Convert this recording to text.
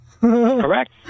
Correct